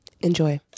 Enjoy